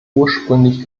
ursprünglich